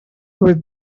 where